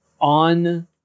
on